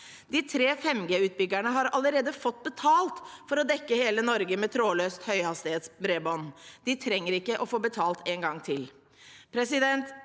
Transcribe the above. De tre 5G-utbyggerne har allerede fått betalt for å dekke hele Norge med trådløst høyhastighetsbredbånd. De trenger ikke å få betalt en gang til.